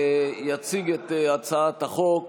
יציג את הצעת החוק